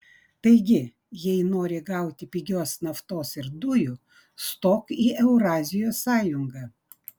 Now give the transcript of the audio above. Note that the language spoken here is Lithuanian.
taigi jei nori gauti pigios naftos ir dujų stok į eurazijos sąjungą